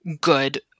good